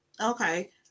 Okay